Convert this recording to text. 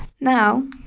Now